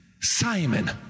Simon